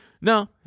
No